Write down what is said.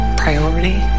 priority